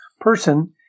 person